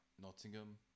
Nottingham